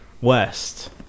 West